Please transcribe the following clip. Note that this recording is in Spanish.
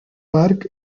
park